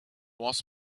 was